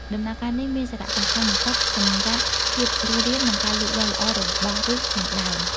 ដំណាក់កាលនេះមានសារៈសំខាន់បំផុតសម្រាប់ភាពរស់រាន និងការលូតលាស់ល្អរបស់ឬស និងដើម។